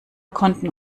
konnten